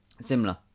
Similar